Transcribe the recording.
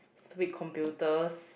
stupid computers